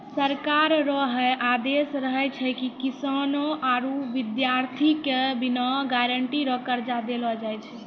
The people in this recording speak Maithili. सरकारो रो है आदेस रहै छै की किसानो आरू बिद्यार्ति के बिना गारंटी रो कर्जा देलो जाय छै